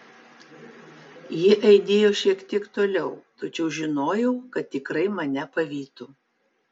jie aidėjo šiek tiek toliau tačiau žinojau kad tikrai mane pavytų